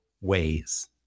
ways